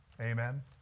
Amen